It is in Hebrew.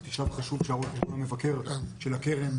שכחתי שלב חשוב שהרואה חשבון מבקר של הקרן,